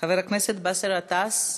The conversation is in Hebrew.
חבר הכנסת באסל גטאס,